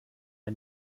der